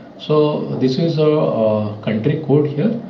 so this is a country code here.